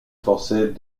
forcés